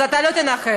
אז אתה לא תנחש.